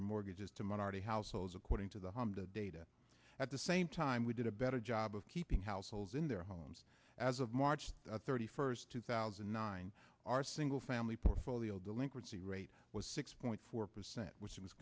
their mortgages to minority households according to the honda data at the same time we did a better job of keeping households in their homes as of march thirty first two thousand and nine our single family portfolio delinquency rate was six point four percent which